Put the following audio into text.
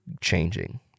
changing